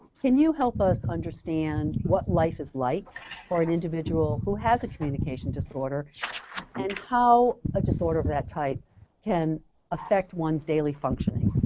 can you help us understand what life is like for an individual who has a communication disorder and how a disorder of that type can affect one's daily functioning.